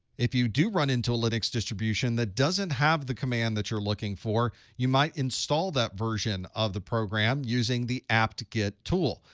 if you do run into a linux distribution that doesn't have the command that you're looking for, you might install that version of the program using the apt-get tool.